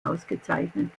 ausgezeichnet